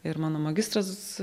ir mano magistras